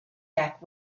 back